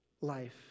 life